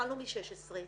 התחלנו מ-16.